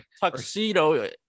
tuxedo